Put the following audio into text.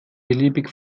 beliebig